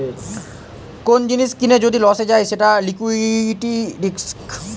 কোন জিনিস কিনে যদি লসে যায় সেটা লিকুইডিটি রিস্ক